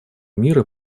мира